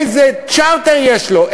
איזה צ'רטר יש לו,